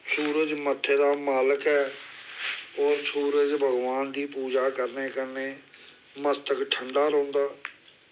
सूरज मत्थे दा मालक ऐ होर सूरज भगवान दी पूजा करने कन्नै मस्तक ठंडा रौंह्दा